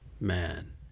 man